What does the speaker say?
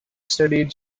studied